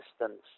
distance